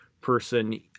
person